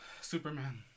Superman